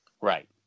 Right